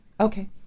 Okay